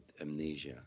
amnesia